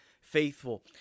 faithful